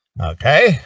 Okay